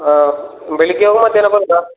ಹಾಂ ಬೆಳಿಗ್ಗೆ ಮಧ್ಯಾಹ್ನ ಬಂತ